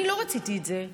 אני לא רציתי את זה.